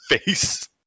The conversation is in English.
face